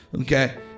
okay